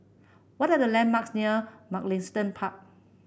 what are the landmarks near Mugliston Park